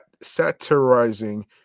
satirizing